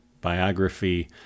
biography